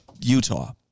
Utah